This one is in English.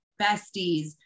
besties